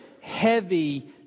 heavy